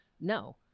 no